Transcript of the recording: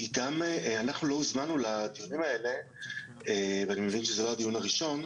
אנחנו לא הוזמנו לדיונים האלה ואני מבין שזה לא הדיון הראשון.